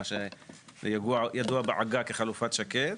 מה שידוע בעגה כחלופת שקד.